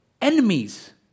enemies